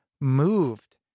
moved